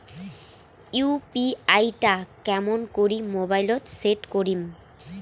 UPI টা কেমন করি মোবাইলত সেট করিম?